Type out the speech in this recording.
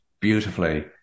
beautifully